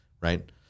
right